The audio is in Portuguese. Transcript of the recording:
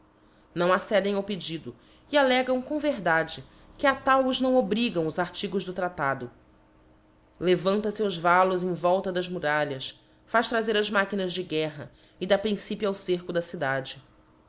não accedem ao pe rsdido e allegam com verdade que a tal os não obrigí os artigos do tratado levanta feus vallos em volta dí muralhas faz trazer as machinas de guerra e dá princ ripio ao cerco da cidade